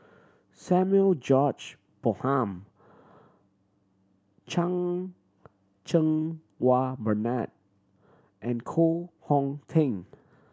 Samuel George Bonham Chan Cheng Wah Bernard and Koh Hong Teng